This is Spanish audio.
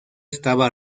estaba